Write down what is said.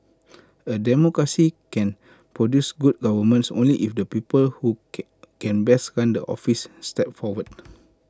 A democracy can produce good governance only if the people who can can best run the office step forward